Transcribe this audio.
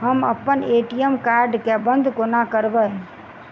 हम अप्पन ATM card केँ बंद कोना करेबै?